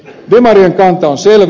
demarien kanta on selvä